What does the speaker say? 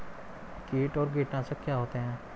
कीट और कीटनाशक क्या होते हैं?